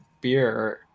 Beer